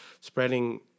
spreading